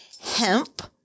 hemp